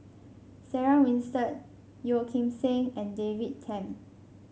Sarah Winstedt Yeo Kim Seng and David Tham